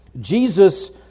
Jesus